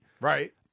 Right